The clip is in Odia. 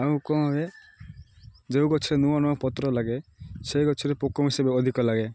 ଆଉ କ'ଣ ହୁଏ ଯେଉଁ ଗଛ ନୂଆ ନୂଆ ପତ୍ର ଲାଗେ ସେ ଗଛରେ ପୋକ ମିଶେ ଅଧିକ ଲାଗେ